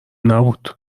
نبود